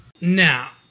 Now